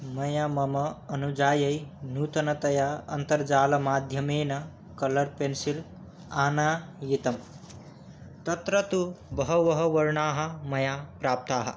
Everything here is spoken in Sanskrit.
मया मम अनुजायै नूतनतया अन्तर्जालमाध्यमेन कलर् पेन्सिल् आनाययितं तत्र तु बहवः वर्णाः मया प्राप्ताः